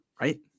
right